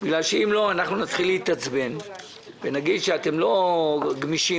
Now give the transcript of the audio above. אחרת אנחנו נתחיל להתעצבן ונגיד שאתם לא גמישים